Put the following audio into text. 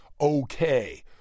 Okay